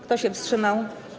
Kto się wstrzymał?